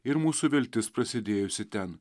ir mūsų viltis prasidėjusi ten